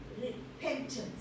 repentance